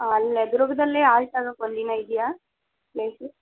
ಅಲ್ಲೆ ದುರ್ಗದಲ್ಲೆ ಹಾಲ್ಟ್ ಆಗಕ್ಕೆ ಒಂದು ದಿನ ಇದೆಯಾ ಪ್ಲೇಸು